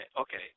okay